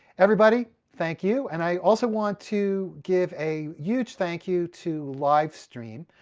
everybody, thank you and i also want to give a huge thank you to livestream,